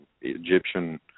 Egyptian